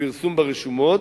ופרסום ברשומות,